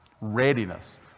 readiness